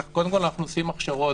קודם כול אנחנו עושים הכשרות,